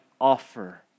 Offer